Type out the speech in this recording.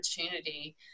opportunity